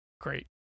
great